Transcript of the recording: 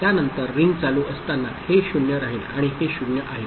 त्या नंतर रिंग चालू असताना हे 0 राहील आणि हे 0 आहे